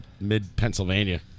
Mid-Pennsylvania